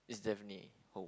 is definitely home